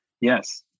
Yes